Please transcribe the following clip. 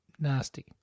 nasty